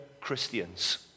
Christians